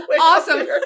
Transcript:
awesome